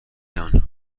یان